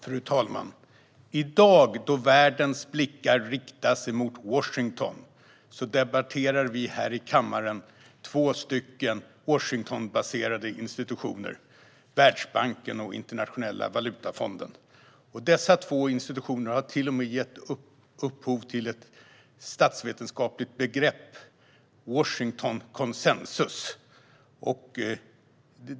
Fru talman! I dag, då världens blickar riktas mot Washington, debatterar vi här i kammaren två Washingtonbaserade institutioner: Världsbanken och Internationella valutafonden, IMF. Dessa två institutioner har till och med gett upphov till ett statsvetenskapligt begrepp: Washingtonkonsensus.